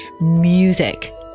Music